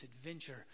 adventure